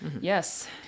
Yes